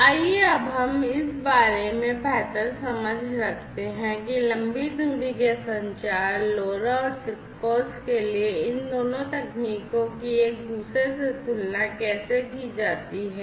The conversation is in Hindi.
आइए अब हम इस बारे में बेहतर समझ रखते हैं कि लंबी दूरी के संचार LoRa और SIGFOX के लिए इन दोनों तकनीकों की एक दूसरे से तुलना कैसे की जाती है